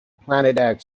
planet